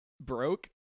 broke